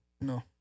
No